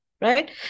Right